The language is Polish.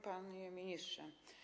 Panie Ministrze!